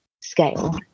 scale